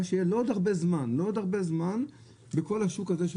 מה שיהיה בעוד הרבה זמן בשוק הדואר.